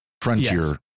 frontier